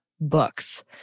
books